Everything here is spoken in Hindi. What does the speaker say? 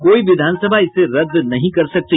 कोई विधानसभा इसे रद्द नहीं कर सकती